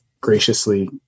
graciously